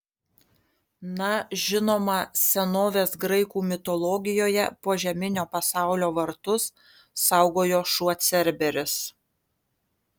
na žinoma senovės graikų mitologijoje požeminio pasaulio vartus saugojo šuo cerberis